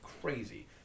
crazy